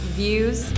views